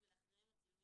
החשש הגדול שלנו